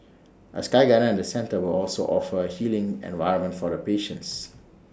A sky garden at the centre will also offer A healing environment for the patients